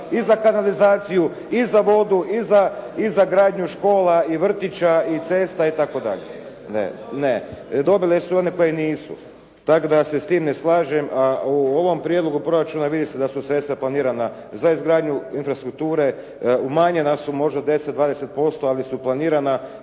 i za kanalizaciju, i za vodu, i za gradnju škola, vrtića i cesta itd. Ne. Ne. Dobile su one koje nisu. Tako da se s time ne slažem. A u ovom prijedlogu proračuna vidi se da su sredstva planirana za izgradnju infrastrukture umanjena su možda 10, 20% ali su planirana,